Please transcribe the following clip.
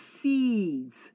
seeds